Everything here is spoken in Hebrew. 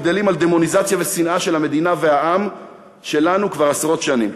גדלים על דמוניזציה ועל שנאה של המדינה והעם שלנו כבר עשרות שנים.